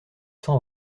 cent